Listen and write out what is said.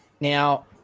Now